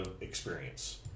experience